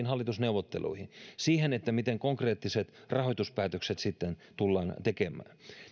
hallitusneuvotteluihin siihen miten konkreettiset rahoituspäätökset sitten tullaan tekemään